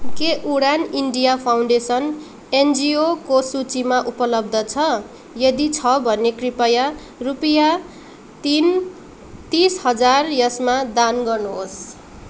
के Udan India foundation एनजिओको सूचीमा उपलब्ध छ यदि छ भने कृपया रुपियाँ तिन तिस हजार यसमा दान गर्नुहोस्